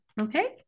okay